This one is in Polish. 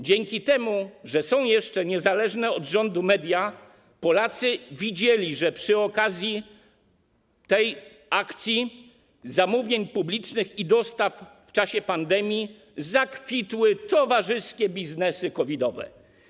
Dzięki temu, że są jeszcze niezależne od rządu media, Polacy widzieli, że przy okazji akcji zamówień publicznych i dostaw w czasie pandemii zakwitły towarzyskie biznesy COVID-owe.